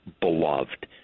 beloved